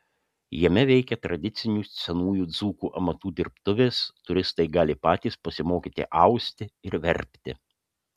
jame veikia tradicinių senųjų dzūkų amatų dirbtuvės turistai gali patys pasimokyti austi ar verpti